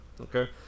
Okay